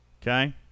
Okay